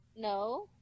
No